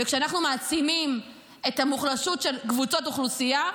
וכשאנחנו מעצימים את המוחלשות של קבוצות אוכלוסייה,